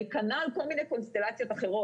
כנ"ל כל מיני קונסטלציות אחרות.